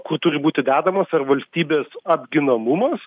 kur turi būti dedamas ar valstybės apginamumas